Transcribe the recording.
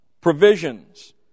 provisions